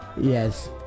Yes